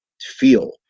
feel